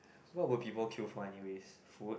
what would people queue for anyways food